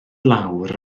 lawr